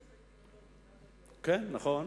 מתנגד לזה אידיאולוגית, כן, נכון.